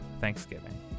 Thanksgiving